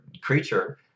creature